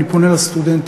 אני פונה לסטודנטים,